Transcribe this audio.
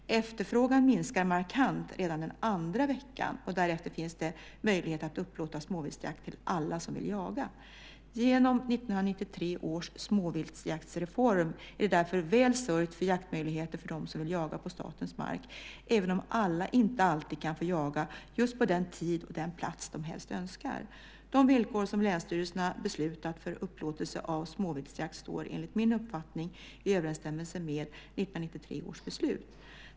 Efterfrågan minskar markant redan den andra veckan, och därefter finns det möjlighet att upplåta småviltsjakt till alla som vill jaga. Genom 1993 års småviltsjaktsreform är det därför väl sörjt för jaktmöjligheter för dem som vill jaga på statens mark, även om alla inte alltid kan få jaga på just den tid och den plats de helst önskar. De villkor som länsstyrelserna beslutat för upplåtelse av småviltsjakt står enligt min uppfattning i överensstämmelse med 1993 års beslut.